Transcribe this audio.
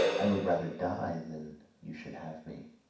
i would rather die than you should have me!